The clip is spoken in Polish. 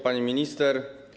Pani Minister!